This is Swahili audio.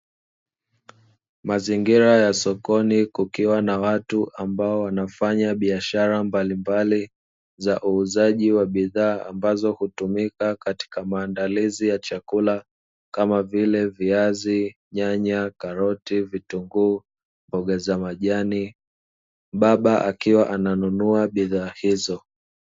Mazingira ya sokoni kukiwa na watu ambao wanafanya biashara mbalimbali za uuzaji wa bidhaa, ambazo hutumika katika maandalizi ya chakula, kama vile viazi, nyanya, karoti vitunguu mboga za majani, baba akiwa ananunua bidhaa hizo.